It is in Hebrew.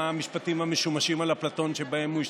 המשפטים המשומשים על אפלטון שבהם הוא השתמש,